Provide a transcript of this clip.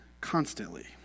constantly